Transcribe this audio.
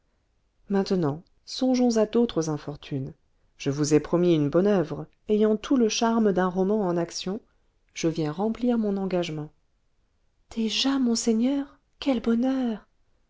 maintenant songeons à d'autres infortunes je vous ai promis une bonne oeuvre ayant tout le charme d'un roman en action je viens remplir mon engagement déjà monseigneur quel bonheur